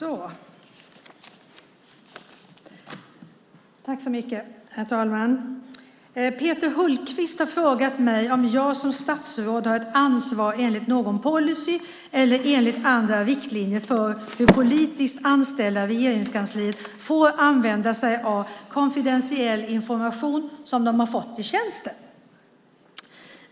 Herr talman! Peter Hultqvist har frågat mig om jag som statsråd har ett ansvar enligt någon policy eller enligt andra riktlinjer för hur politiskt anställda i Regeringskansliet får använda sig av konfidentiell information som de fått i tjänsten.